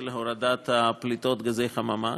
של הורדת הפליטה של גזי חממה,